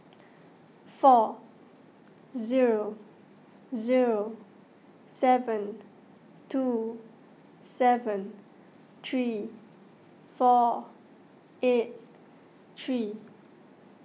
four zero zero seven two seven three four eight three